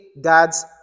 God's